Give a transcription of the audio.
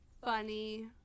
funny